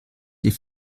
die